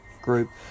group